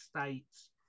States